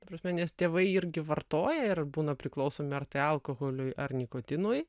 ta prasme nes tėvai irgi vartoja ir būna priklausomi ar tai alkoholiui ar nikotinui